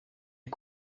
est